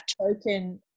token